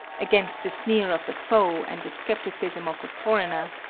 against the sneer of the foe, and the skepticism of the foreigner,